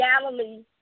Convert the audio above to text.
Galilee